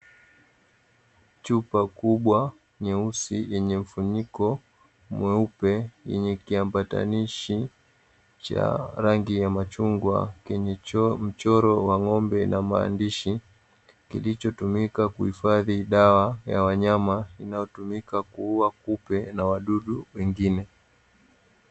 Chupa kubwa nyeusi yenye mfuniko mweupe, yenye kiambatanishi cha rangi ya machungwa kenye mchoro wa ng'ombe na maandishi, kilichotumika kuhifadhi dawa ya wanyama inayotumika kuuwa kupe na wadudu wengine.